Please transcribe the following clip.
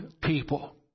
people